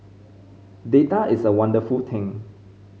data is a wonderful thing